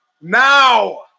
Now